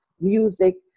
music